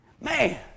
Man